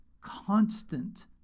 constant